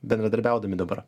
bendradarbiaudami dabar